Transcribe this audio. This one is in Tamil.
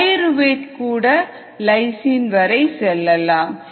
பயிறுவேட் கூட லைசின் வரை செல்லலாம்